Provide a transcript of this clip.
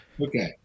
Okay